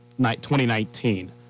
2019